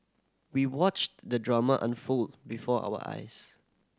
we watched the drama unfold before our eyes